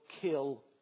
kill